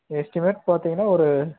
estimate பார்த்தீங்கன்னா ஒரு